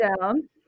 down